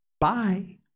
bye